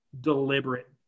deliberate